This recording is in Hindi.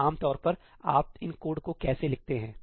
तो आमतौर पर आप इन कोड को कैसे लिखते हैं